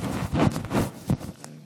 עשר